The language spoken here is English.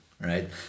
right